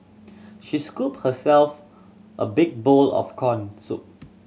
she scooped herself a big bowl of corn soup